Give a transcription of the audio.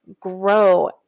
grow